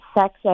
sex